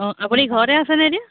অঁ আপুনি ঘৰতে আছেনে এতিয়া